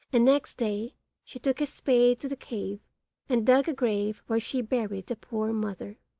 and next day she took a spade to the cave and dug a grave where she buried the poor mother.